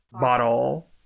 bottle